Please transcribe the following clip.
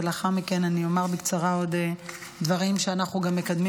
ולאחר מכן אומר בקצרה עוד דברים שאנחנו מקדמים